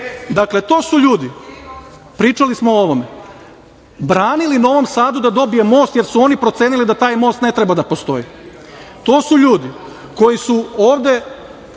to su ljudi, pričali smo o ovome, branili Novom Sadu da dobije most, jer su oni procenili da taj most ne treba da postoji. To su ljudi koji su ovde